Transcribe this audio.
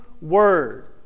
Word